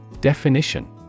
Definition